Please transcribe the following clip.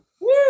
Woo